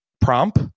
prompt